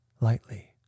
lightly